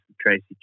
Tracy